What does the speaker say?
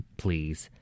please